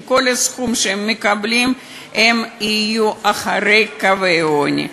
עם כל הסכום שהם מקבלים הם יהיו אחרי קווי העוני.